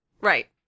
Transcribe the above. right